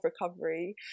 recovery